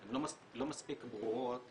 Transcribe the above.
הן לא מספיק ברורות